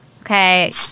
Okay